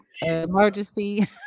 emergency